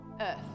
earth